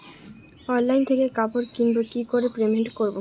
Online থেকে কাপড় কিনবো কি করে পেমেন্ট করবো?